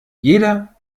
jeder